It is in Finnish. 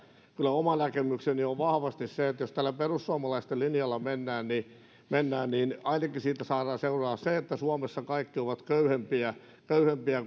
kyllä oma näkemykseni on vahvasti se että jos tällä perussuomalaisten linjalla mennään niin mennään niin siitä seuraa ainakin se että suomessa kaikki ovat köyhempiä köyhempiä